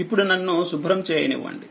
ఇప్పుడునన్ను శుభ్రం చేయనివ్వండి